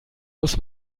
muss